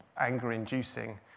anger-inducing